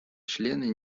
члены